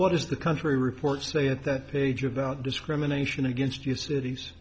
what is the country report say at that page about discrimination against you cities